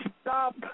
stop